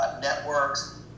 networks